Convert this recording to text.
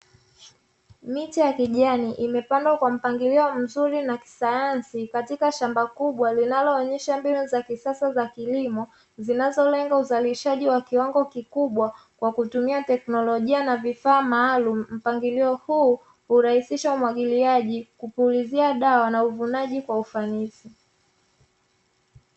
Miche ya kijani imepandwa kwa mpangilio mzuri na kisayansi, katika shamba kubwa alinaloonyesha za kisasa za kilimo, zinazolenga uzalishaji wa kiwango kikubwa kwa kutumia teknolojia na vifaa maalumu. Mpangilio huu hurahisisha umwagiliaji, kupulizia dawa na uvunaji kwa ufanisi.